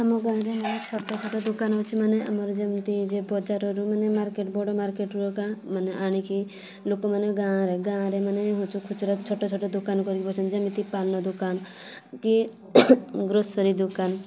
ଆମ ଗାଁରେ ବହୁତ ଛୋଟ ଛୋଟ ଦୋକାନ ଅଛି ମାନେ ଆମର ଯେମିତି ଯେ ବଜାରରୁ ମାନେ ମାର୍କେଟ୍ ବଡ଼ ମାର୍କେଟ୍ ଅକା ମାନେ ଆଣିକି ଲୋକମାନେ ଗାଁରେ ଗାଁରେ ମାନେ ଖୁଚୁରା ଛୋଟ ଛୋଟ ଦୋକାନ କରିକି ବସନ୍ତି ଯେମିତି ପାନ ଦୋକାନ କି ଗ୍ରୋସରୀ ଦୋକାନ